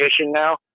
now